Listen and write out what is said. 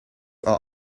are